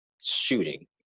shooting